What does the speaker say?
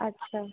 আচ্ছা